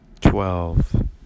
twelve